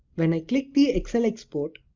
when i click the excel export,